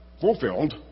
fulfilled